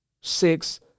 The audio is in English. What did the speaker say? six